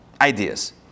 ideas